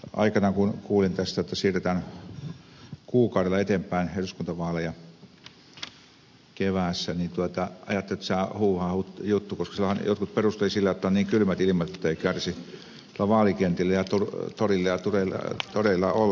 aikanaan kun kuulin tästä että siirretään kuukaudella eteenpäin eduskuntavaaleja keväällä ajattelin että sehän on huuhaajuttu koska silloinhan jotkut perustelivat että on niin kylmät ilmat että ei kärsi tuolla vaalikentillä ja turuilla ja toreilla olla